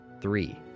three